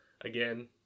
Again